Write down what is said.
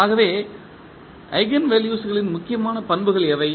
ஆகவே ஈஜென்வெல்யூக்களின் முக்கிய பண்புகள் யாவை